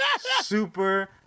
super